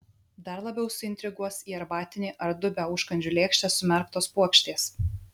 dar labiau suintriguos į arbatinį ar dubią užkandžių lėkštę sumerktos puokštės